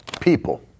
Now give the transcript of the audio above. people